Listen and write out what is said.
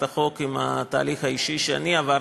החוק עם התהליך האישי שאני עברתי,